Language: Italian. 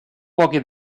poche